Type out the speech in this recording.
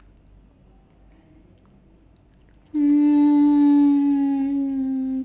mm